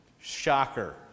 Shocker